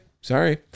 sorry